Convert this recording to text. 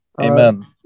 Amen